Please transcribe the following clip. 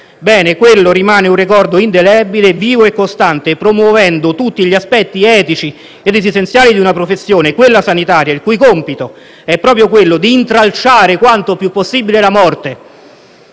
morte. Quello rimane un ricordo indelebile, vivo e costante, che promuoveva tutti gli aspetti etici ed esistenziali della professione sanitaria, il cui compito è proprio quello di intralciare quanto più possibile la morte